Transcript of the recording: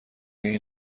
این